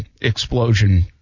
explosion